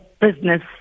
business